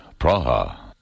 Praha